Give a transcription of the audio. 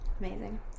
amazing